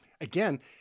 again